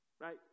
Right